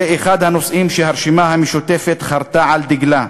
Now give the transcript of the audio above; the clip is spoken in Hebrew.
זה אחד הנושאים שהרשימה המשותפת חרתה על דגלה,